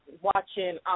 watching